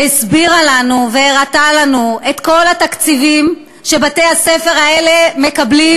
שהסבירה לנו והראתה לנו את כל התקציבים שבתי-הספר האלה מקבלים,